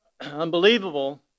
Unbelievable